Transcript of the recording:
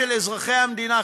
שהם אזרחי מדינת